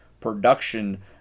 production